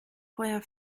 feuer